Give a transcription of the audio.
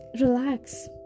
relax